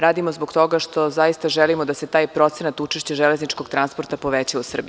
Radimo zbog toga što zaista želimo da se taj procenat učešća železničkog transporta poveća u Srbiji.